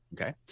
Okay